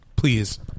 Please